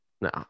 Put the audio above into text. No